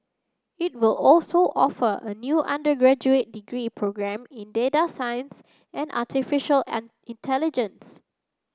it will also offer a new undergraduate degree programme in data science and artificial an intelligence